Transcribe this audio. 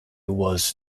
was